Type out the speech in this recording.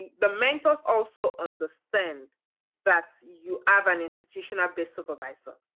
the mentors also understand that you have an institutional based supervisor.